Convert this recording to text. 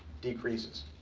decreases.